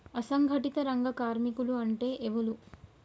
అసంఘటిత రంగ కార్మికులు అంటే ఎవలూ?